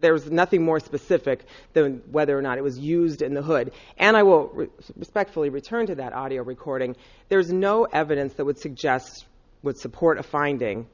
there was nothing more specific than whether or not it was used in the hood and i will respect fully return to that audio recording there is no evidence that would suggest would support a finding